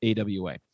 AWA